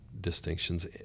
distinctions